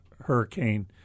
Hurricane